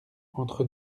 entre